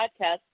podcast